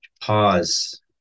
pause